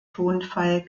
tonfall